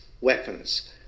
weapons